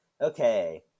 okay